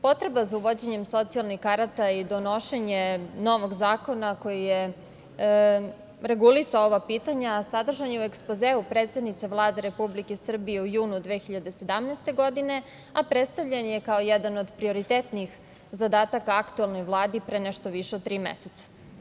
Potreba za uvođenjem socijalnih karata i donošenje novog zakona koji je regulisao ova pitanja sadržana je u ekspozeu predsednice Vlade Republike Srbije iz juna 2017. godine, a predstavljen je kao jedan od prioritetnih zadataka u aktuelnoj Vladi pre nešto više od tri meseca.